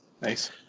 nice